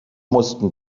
mussten